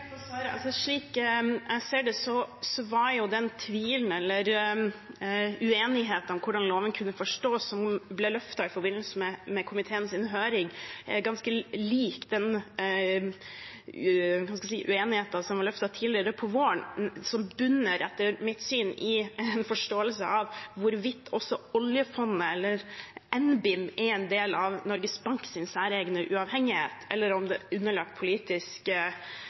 var jo tvilen eller uenigheten om hvordan loven kunne forstås, som ble løftet fram i forbindelse med komiteens høring, ganske lik den uenigheten som ble løftet fram tidligere på våren, og som etter mitt syn bunner i en forståelse av hvorvidt oljefondet eller NBIM er en del av Norges Banks særegne uavhengighet eller underlagt politisk forvaltning, på sett og vis. Det burde ha vært tydeligere på et langt tidligere tidspunkt. La meg gå til den videre oppfølgingen her. Nå er